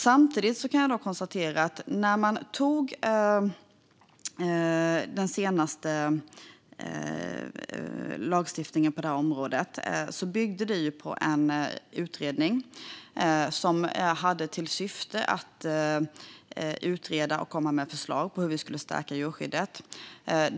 Samtidigt kan jag konstatera att när man antog den senaste lagstiftningen på detta område byggde det på en utredning som hade till syfte att utreda och komma med förslag på hur vi skulle stärka djurskyddet.